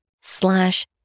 slash